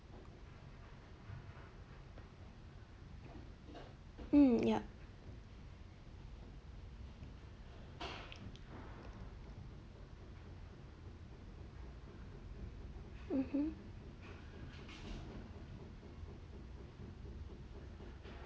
hmm yup mmhmm